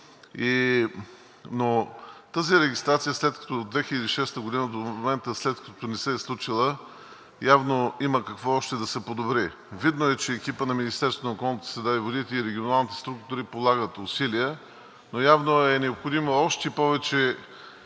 Тази регистрация, след като от 2006 г. до момента не се е случила, явно има какво още да се подобри. Видно е, че екипът на Министерството на околната среда и водите и регионалните структури полагат усилия, но явно е необходимо още повече